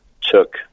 took